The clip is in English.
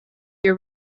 your